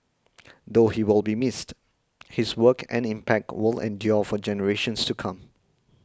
though he will be missed his work and impact will endure for generations to come